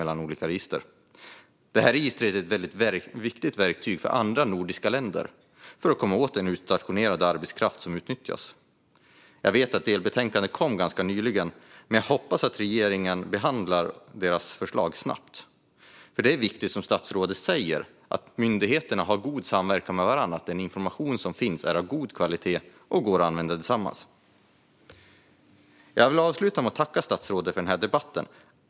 Ett sådant här register är ett viktigt verktyg för andra nordiska länder för att komma åt den utstationerade arbetskraft som utnyttjas. Jag vet att delbetänkandet kom ganska nyligen, men jag hoppas att regeringen behandlar förslagen snabbt. Som statsrådet säger är det viktigt att myndigheterna har god samverkan och att den information som finns är hög kvalitet. Jag avslutar med att tacka statsrådet för debatten.